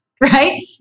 right